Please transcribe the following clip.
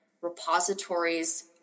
repositories